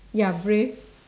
you're brave